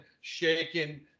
shaking